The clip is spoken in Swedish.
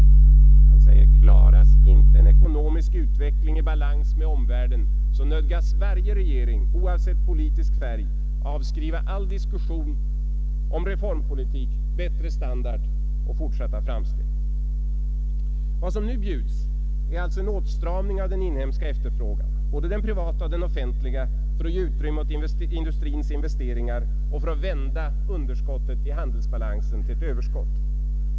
Han säger: ”Klaras icke en ekonomisk utveckling i balans med omvärlden, så nödgas varje regering, oavsett politisk färg, avskriva all diskussion om reformpolitik, bättre standard och fortsatta framsteg.” Vad som nu bjuds är alltså en åtstramning av den inhemska efterfrågan, både den privata och den offentliga, för att ge utrymme åt industrins investeringar och för att vända underskottet i handelsbalansen till ett överskott.